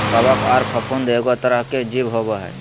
कवक आर फफूंद एगो तरह के जीव होबय हइ